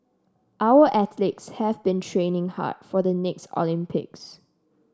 our athletes have been training hard for the next Olympics